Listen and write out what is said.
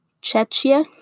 Chechia